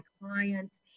clients